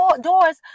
doors